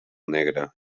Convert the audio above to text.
negre